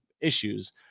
issues